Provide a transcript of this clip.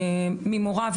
ממורה,